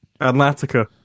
Atlantica